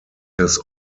his